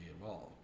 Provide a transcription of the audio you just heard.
involved